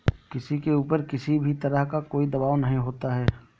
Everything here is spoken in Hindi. किसी के ऊपर किसी भी तरह का कोई दवाब नहीं होता है